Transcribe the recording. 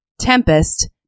Tempest